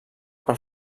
per